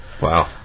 Wow